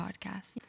podcast